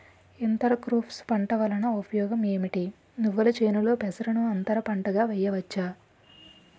Inter crops పంట వలన ఉపయోగం ఏమిటి? నువ్వుల చేనులో పెసరను అంతర పంటగా వేయవచ్చా?